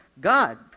God